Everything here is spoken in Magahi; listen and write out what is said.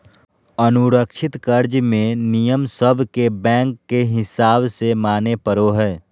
असुरक्षित कर्ज मे नियम सब के बैंक के हिसाब से माने पड़ो हय